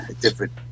different